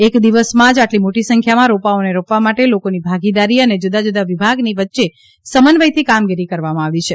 એક દિવસમાં જ આટલી મોટી સંખ્યામાં રોપાઓને રોપવા માટે લોકોની ભાગીદારી અને જુદા જુદા વિભાગની વચ્ચે સમન્વયથી કામગીરી કરવામાં આવી છે